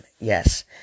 Yes